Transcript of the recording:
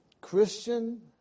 Christian